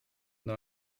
nur